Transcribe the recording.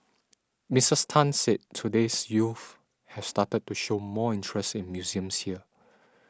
Mrs Tan said today's youth have started to show more interest in museums here